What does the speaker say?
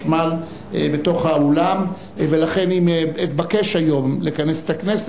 אם תתבקש הכנסת להתכנס,